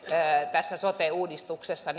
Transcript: tässä sote uudistuksessa